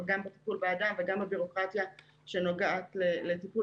גם בטיפול באדם וגם בבירוקרטיה שנוגעת לטיפול